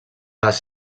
les